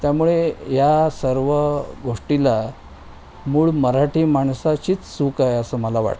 त्यामुळे या सर्व गोष्टीला मूळ मराठी माणसाचीच चूक आहे असं मला वाटतं